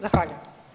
Zahvaljujem.